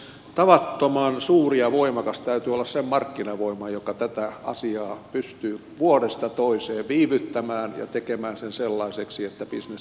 tavattoman suuri ja voimakas täytyy olla sen markkinavoiman joka tätä asiaa pystyy vuodesta toiseen viivyttämään ja tekemään sen sellaiseksi että bisnes edelleen kannattaa